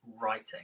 writing